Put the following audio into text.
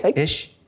like ish.